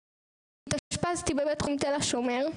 התאשפזתי בבית החולים תל-השומר,